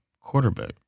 quarterback